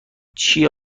چیه